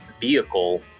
vehicle